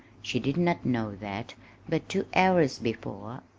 she did not know that but two hours before,